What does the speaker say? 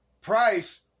price